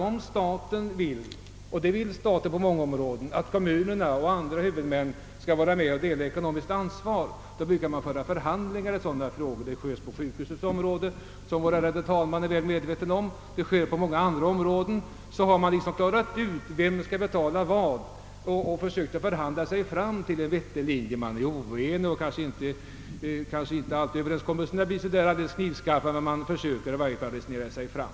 Om staten vill — och det vill staten på många områden — att kommunerna och andra huvudmän skall vara med och dela ett ekonomiskt an svar, så brukar det föras förhandlingar om den saken. Så sker det på sjukhusområdet — något som vår ärade talman är väl medveten om och så sker det på många andra områden. Man klarar ut vem som skall betala vad och försöker förhandla sig fram till en vettig lösning. Man kan vara oense, och överenskommelserna blir kanske inte alltid helt knivskarpa, men man försöker i alla fall resonera sig fram.